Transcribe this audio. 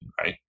right